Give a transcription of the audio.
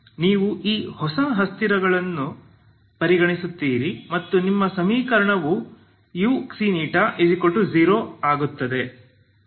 ನೀವು ಈ ಹೊಸ ಅಸ್ಥಿರಗಳನ್ನು ಪರಿಗಣಿಸುತ್ತೀರಿ ಮತ್ತು ನಿಮ್ಮ ಸಮೀಕರಣವು uξη0 ಆಗುತ್ತದೆ